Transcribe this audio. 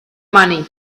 money